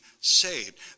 saved